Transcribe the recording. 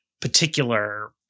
particular